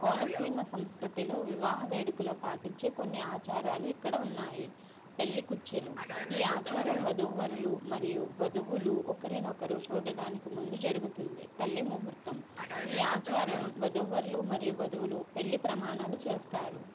కోనసీమ సంస్కృతిలో వివాహ వేడుకలు పాటించే కొన్ని ఆచారాలు ఇక్కడ ఉన్నాయి పెళ్లికుచ్చులు ఈ ఆచారం వధూవరులు మరియు వధువులు ఒకరినొకరు చూడడానికి ముందు జరుగుతుంది పెళ్లి ముహూర్తం ఈ ఆచారం వధూవరులు మరియు వధువులు పెళ్లి ప్రమాణాలు చేస్తారు